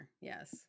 yes